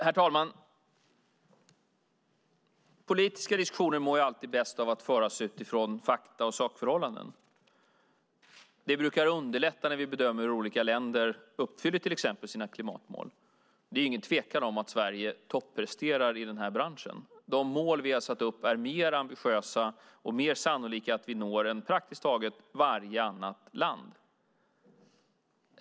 Herr talman! Politiska diskussioner mår alltid bäst av att föras utifrån fakta och sakförhållanden. Det brukar underlätta när vi bedömer hur olika länder uppfyller till exempel sina klimatmål. Det är ju ingen tvekan om att Sverige toppresterar i den här branschen. De mål som vi har satt upp är mer ambitiösa och mer sannolika att vi når än praktiskt taget varje annat lands.